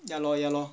ya lor ya lor